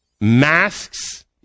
Masks